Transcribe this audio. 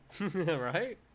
Right